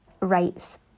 rights